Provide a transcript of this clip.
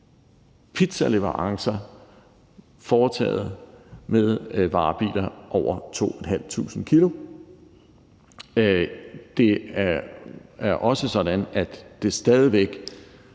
pizzaleverancer foretaget med varebiler over 2.500 kg. Det er også sådan, at det stadig væk